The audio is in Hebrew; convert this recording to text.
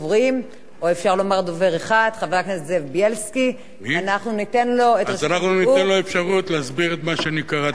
אז אנחנו ניתן לו אפשרות להסביר את מה שאני קראתי כאן.